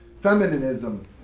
Feminism